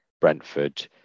Brentford